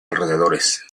alrededores